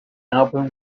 album